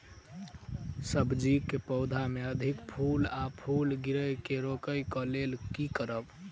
सब्जी कऽ पौधा मे अधिक फूल आ फूल गिरय केँ रोकय कऽ लेल की करब?